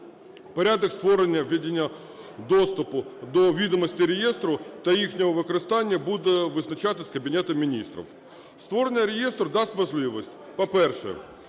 Порядок створення ведення доступу до відомостей реєстру та їхнього використання буде визначатися Кабінетом Міністрів. Створення реєстру дасть можливість, по-перше,